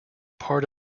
part